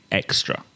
extra